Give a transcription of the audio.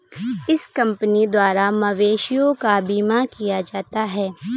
इस कंपनी द्वारा मवेशियों का बीमा किया जाता है